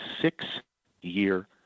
six-year